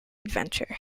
adventure